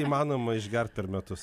įmanoma išgert per metus